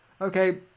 Okay